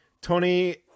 Tony